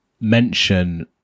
mention